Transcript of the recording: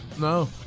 No